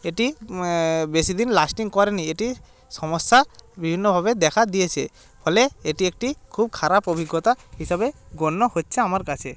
এটি বেশি দিন লাস্টিং করেনি এটির সমস্যা বিভিন্নভাবে দেখা দিয়েছে ফলে এটি একটি খুব খারাপ অভিজ্ঞতা হিসাবে গণ্য হচ্ছে আমার কাছে